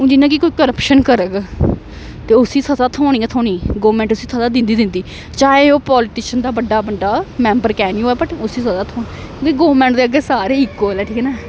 हून जियां कि कोई करप्शन करग ते उसी थ्होनी ऐ थ्होनी गौरमैंट उसी थ दिंदी दिंदी चाहे ओह् पालिटिशन दा बड्डा बड्डा मैंबर की नि होऐ बट उसी थ्होनी क गौरमेंट दे अग्गें सारे इक्ुअल ठीक ऐ न